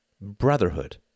brotherhood